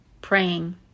praying